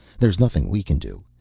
there's nothing we can do.